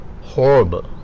horrible